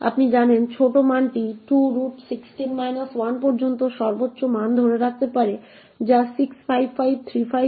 আপনি জানেন ছোট মান 216 1 পর্যন্ত সর্বোচ্চ মান ধরে রাখতে পারে যা একটি 65535